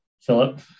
Philip